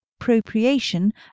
appropriation